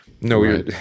No